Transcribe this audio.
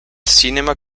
cinema